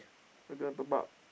why you don't want top up